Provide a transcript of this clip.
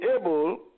able